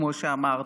כמו שאמרת,